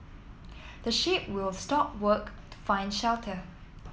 the sheep will stop work to find shelter